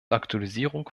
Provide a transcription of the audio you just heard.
aktualisierung